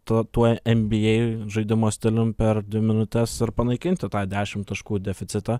tu tuo nba žaidimo stilium per dvi minutes ir panaikinti tą dešimt taškų deficitą